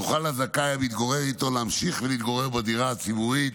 יוכל המתגורר עם הזכאי להמשיך ולהתגורר בדירה הציבורית